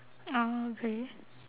oh okay